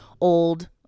old